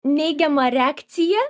neigiamą reakciją